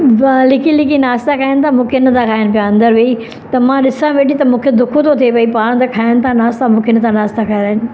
पाण लिकी लिकी नाश्ता खाइनि था मूंखे नथा खाराइनि पिया अंदरु वेही त मां ॾिसां वेठी त मूंखे दुख थो थिए भई पाण त खाइनि था नाश्ता मूंखे नथा नाश्ता खाराइन